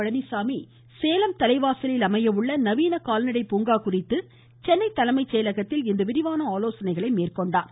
பழனிச்சாமி சேலம் தலைவாசலில் அமையவுள்ள நவீன கால்நடை பூங்கா குறித்து சென்னை தலைமைச் செயலகத்தில் இன்று விரிவான ஆலோசனைகளை மேற்கொண்டார்